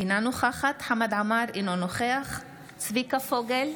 אינה נוכחת חמד עמאר, אינו נוכח צביקה פוגל,